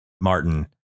Martin